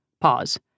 Pause